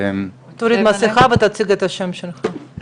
תוריד את המסכה ותציג את השם והתפקיד שלך.